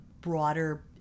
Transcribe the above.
broader